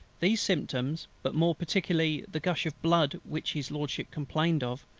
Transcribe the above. these symptoms, but more particularly the gush of blood which his lordship complained of,